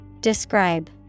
Describe